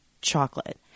chocolate